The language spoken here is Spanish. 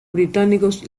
británicos